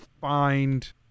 find